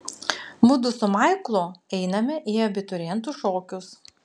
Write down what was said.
mudu su maiklu einame į abiturientų šokius